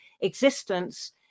existence